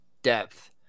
Depth